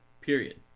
period